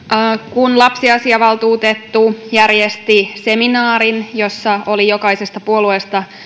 kun lapsiasiavaltuutettu järjesti seminaarin jossa oli jokaisesta puolueesta